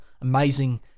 amazing